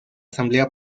asamblea